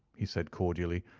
he said cordially,